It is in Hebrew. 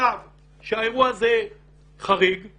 חשב שהאירוע הזה חריג הוא